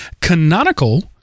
Canonical